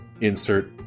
insert